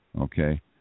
Okay